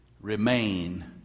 remain